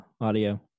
audio